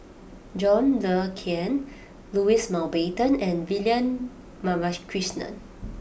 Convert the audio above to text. John Le Cain Louis Mountbatten and Vivian Balakrishnan